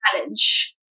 challenge